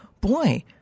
boy